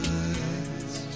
eyes